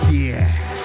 yes